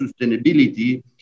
sustainability